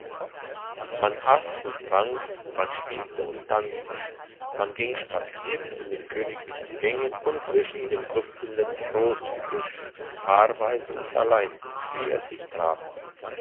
man ass und trank man spielte und tanzte man ging spazieren in den schönen gängen und zwischen dem duftenden rosengebüsch paarweise und allein wie es sich traf